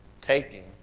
taking